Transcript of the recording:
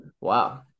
wow